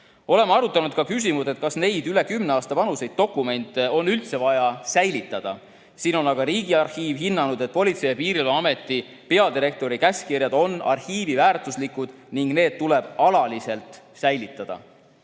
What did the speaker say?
oleme arutanud ka küsimust, kas üle kümne aasta vanuseid dokumente on üldse vaja säilitada. Riigiarhiiv on aga hinnanud, et Politsei- ja Piirivalveameti peadirektori käskkirjad on arhiiviväärtuslikud ning neid tuleb alaliselt säilitada.